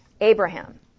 Abraham